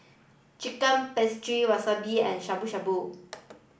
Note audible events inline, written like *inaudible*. Chicken *unintelligible* Wasabi and Shabu Shabu